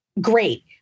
great